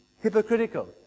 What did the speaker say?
hypocritical